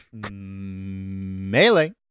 Melee